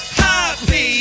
happy